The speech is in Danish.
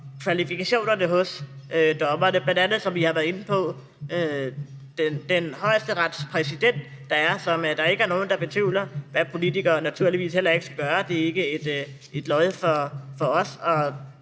om kvalifikationerne hos dommerne. Det er bl.a., som vi har været inde på, den højesteretspræsident, der er, og som der ikke er nogen, der betvivler, hvad politikere naturligvis heller ikke skal gøre. Det falder ikke i vores